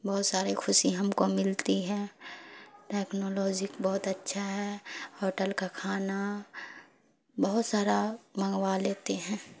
بہت ساری خوشی ہم کو ملتی ہے ٹیکنالوجی بہت اچھا ہے ہوٹل کا کھانا بہت سارا منگوا لیتے ہیں